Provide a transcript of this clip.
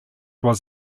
was